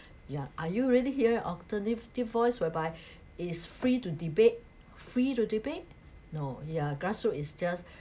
yeah are you really hear alternative voice whereby it is free to debate free to debate no yeah grassroot is just